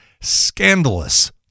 scandalous